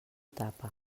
tapa